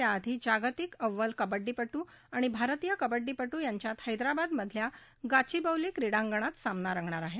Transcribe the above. त्याआधी जागतिक अव्वल कबड्डी पट्ट आणि भारतीय कबङ्डी पट्ट यांच्यात हैदराबाद मधल्या गाचीबौली क्रीडांगणामधे सामना रंगणार आहे